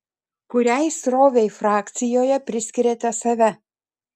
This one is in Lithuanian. kuriai srovei frakcijoje priskiriate save